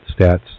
stats